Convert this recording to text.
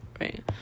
right